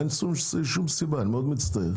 אין שום סיבה, אני מאוד מצטער.